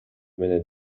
менен